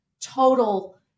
total